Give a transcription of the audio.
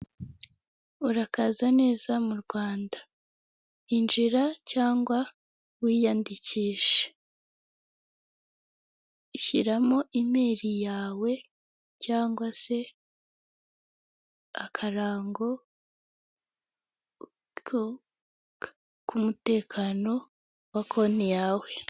Hoteli zitandukanye zo mu Rwanda bakunze kubaka ibyo bakunze kwita amapisine mu rurimi rw'abanyamahanga aho ushobora kuba wahasohokera nabawe mukaba mwahagirira ibihe byiza murimo muroga mwishimisha .